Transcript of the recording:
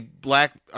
black